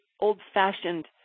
old-fashioned